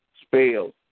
spells